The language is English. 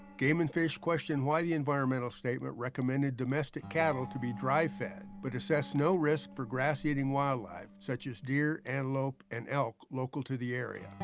game and fish questioned why the environmental statement recommended domestic cattle to be dry fed, but assessed no risk for grass-eating wildlife, such as deer, antelope, and elk local to the area.